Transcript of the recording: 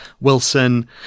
wilson